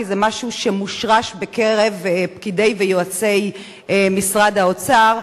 כי זה משהו שמושרש בקרב פקידי ויועצי משרד האוצר.